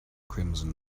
crimson